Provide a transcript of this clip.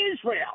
Israel